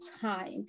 time